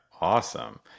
Awesome